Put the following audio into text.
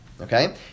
okay